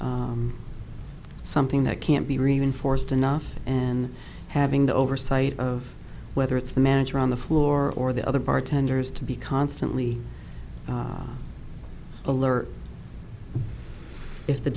just something that can't be reinforced enough and having the oversight of whether it's the manager on the floor or the other bartenders to be constantly alert if the